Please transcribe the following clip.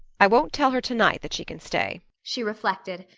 i won't tell her tonight that she can stay, she reflected,